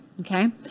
okay